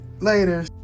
Later